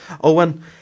Owen